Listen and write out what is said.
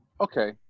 okay